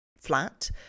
flat